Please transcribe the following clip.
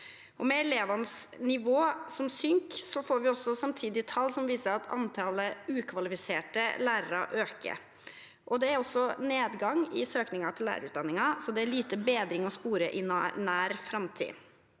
Med elevenes nivå som synker, får vi samtidig også tall som viser at antallet ukvalifiserte lærere øker. Det er også nedgang i søkningen til lærerutdanningen, så det er lite bedring å spore i nær framtid.